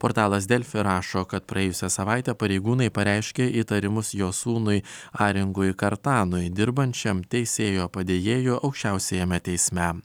portalas delfi rašo kad praėjusią savaitę pareigūnai pareiškė įtarimus jos sūnui arengui kartanui dirbančiam teisėjo padėjėju aukščiausiajame teisme